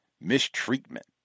mistreatment